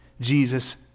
Jesus